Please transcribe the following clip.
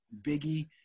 Biggie